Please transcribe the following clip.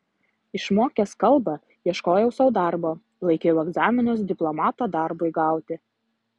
išmokęs kalbą ieškojau sau darbo laikiau egzaminus diplomato darbui gauti